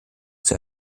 zur